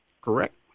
Correct